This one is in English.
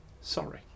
Sorry